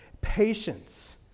patience